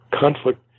conflict